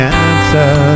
answer